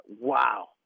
Wow